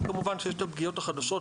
וכמובן שיש את הפגיעות החדשות,